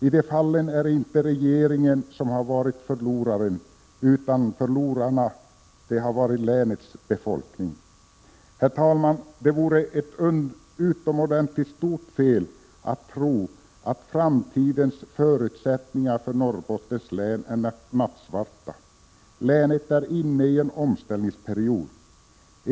I de fallen är det inte regeringen som har varit förloraren utan förlorarna har varit länets befolkning. Herr talman! Det vore ett utomordentligt stort fel att tro att framtidens förutsättningar för Norrbottens län är nattsvarta. Länet är inne i en omställningsperiod.